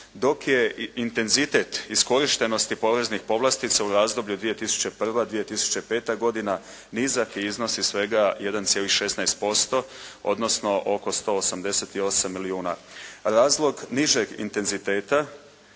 dok je intenzitet iskorištenosti poreznih povlastica u razdoblju 2001./2005. godina. Nizak je iznos i svega 1,16% odnosno oko 188 milijuna. Razlog nižeg intenziteta